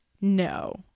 No